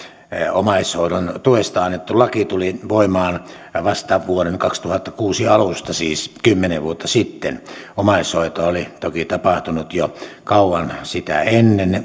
omaishoidon tuesta annettu laki tuli voimaan vasta vuoden kaksituhattakuusi alusta siis kymmenen vuotta sitten omaishoitoa oli toki tapahtunut jo kauan sitä ennen